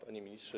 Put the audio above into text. Panie Ministrze!